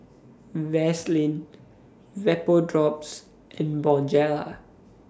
Vaselin Vapodrops and Bonjela